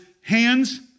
hands